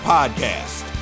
Podcast